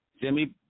Jimmy